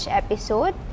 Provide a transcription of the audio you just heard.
episode